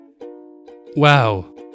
Wow